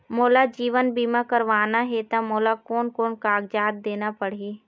मोला जीवन बीमा करवाना हे ता मोला कोन कोन कागजात देना पड़ही?